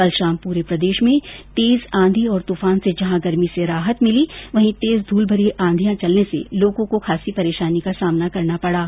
कल शाम पूरे प्रदेश में तेज आंधी और तूफान से जहां गर्मी से राहत मिली वहीं तेज धूलभरी आंधियां चलने से लोगों को खासी परेशानी का सामना करना पडा